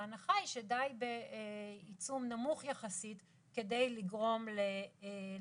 ההנחה היא שדי בעיצום נמוך יחסית כדי לגרום לביצוע.